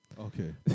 Okay